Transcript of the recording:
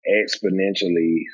exponentially